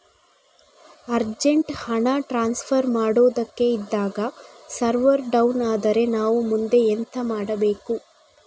Urgent ಹಣ transfer ಮಾಡೋದಕ್ಕೆ ಇದ್ದಾಗ ಸರ್ವರ್ ಡೌನ್ ಆದರೆ ನಾವು ಮುಂದೆ ಎಂತ ಮಾಡಬೇಕು?